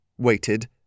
waited